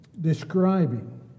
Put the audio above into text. describing